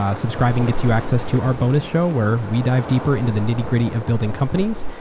ah subscribing gets you access to our bonus show, where we dive deeper into the nitty-gritty of building companies,